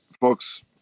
folks